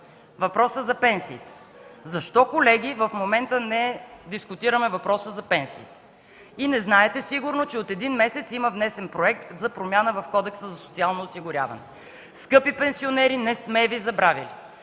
въпроса за пенсиите: защо, колеги, в момента не дискутираме въпроса за пенсиите? Вие сигурно не знаете, че от един месец има внесен проект за промяна в Кодекса за социално осигуряване. Скъпи пенсионери, не сме Ви забравили!